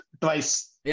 twice